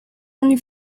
only